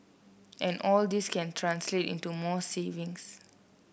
and all this can translate into more savings